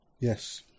Yes